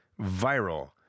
viral